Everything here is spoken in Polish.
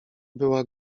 była